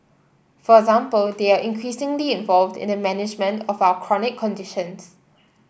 for example they are increasingly involved in the management of our chronic conditions